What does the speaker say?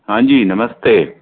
हाँजी नमस्ते